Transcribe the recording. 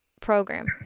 program